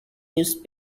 used